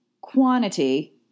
quantity